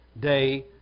day